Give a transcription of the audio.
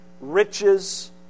riches